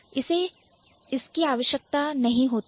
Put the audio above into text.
उन्हें इसकी आवश्यकता नहीं होती है